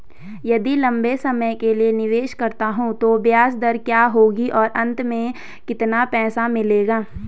यदि लंबे समय के लिए निवेश करता हूँ तो ब्याज दर क्या होगी और अंत में कितना पैसा मिलेगा?